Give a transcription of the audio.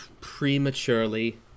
prematurely